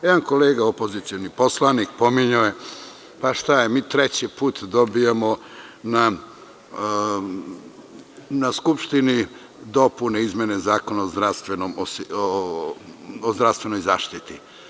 Jedan kolega opozicioni poslanik pominjao je – pa šta je, mi treći put dobijamo na Skupštini dopune i izmene Zakona o zdravstvenoj zaštiti.